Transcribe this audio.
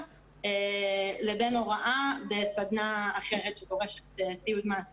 לבין הוראה בסדנה אחרת שדורשת ציוד מעשי.